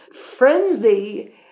frenzy